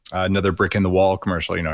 another brick in the wall commercial, you know